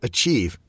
Achieve